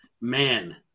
Man